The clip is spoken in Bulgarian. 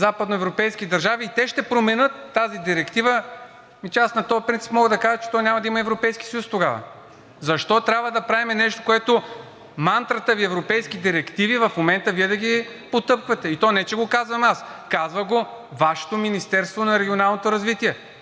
западноевропейски държави, и те ще променят тази директива, ами аз на този принцип мога да кажа, че то няма да има и Европейския съюз тогава. Защо трябва да правим нещо, което мантрата Ви европейски директиви, в момента Вие да ги потъпквате, и то не че го казвам аз, казва го Вашето Министерство на регионалното развитие,